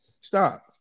Stop